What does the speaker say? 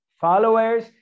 followers